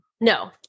No